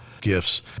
gifts